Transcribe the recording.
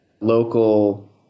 local